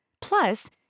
Plus